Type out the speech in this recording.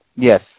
Yes